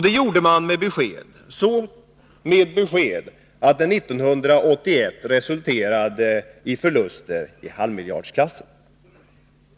Det gjorde man med sådant besked att det 1981 resulterade i förluster i halvmiljardsklassen.